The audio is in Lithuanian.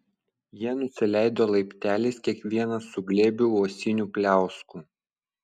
jie nusileido laipteliais kiekvienas su glėbiu uosinių pliauskų